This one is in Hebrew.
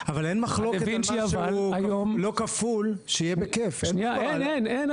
אבל אין מחלוקת על מה שהוא לא כפול שיהיה בכיף אין בעיה.